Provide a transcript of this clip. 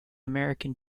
american